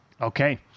Okay